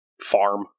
farm